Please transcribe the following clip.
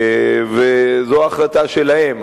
וזו החלטה שלהם.